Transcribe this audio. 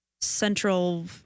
central